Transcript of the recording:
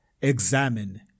Examine